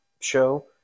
show